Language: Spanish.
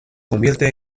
convierte